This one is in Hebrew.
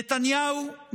נתניהו,